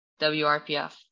WRPF